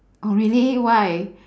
oh really why